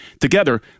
Together